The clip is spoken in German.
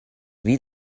wie